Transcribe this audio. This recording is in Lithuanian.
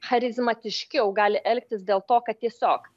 charizmatiškiau gali elgtis dėl to kad tiesiog